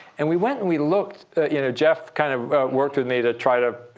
and we went and we looked you know jeff kind of worked with me to try to